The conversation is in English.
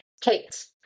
Kate